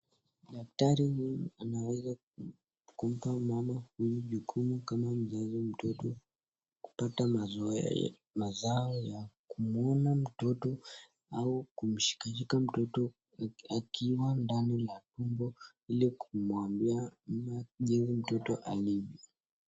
Daktari huyu anaweza kumpa mama huyu ukunga kama mzalia mtoto; kupata mazao ya kumwona mtoto au kumshika shika mtoto akiwa ndani la tumbo ili kumwambia mama je huyu mtoto alivyo.